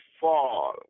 fall